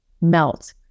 melt